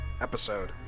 episode